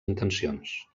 intencions